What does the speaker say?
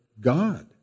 God